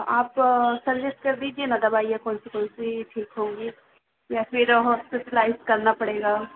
आप सजेस्ट कर दीजिये न दवाइयाँ कौन सी कौन सी ठीक होंगी या फिर हॉस्पिटलाइज़ करना पड़ेगा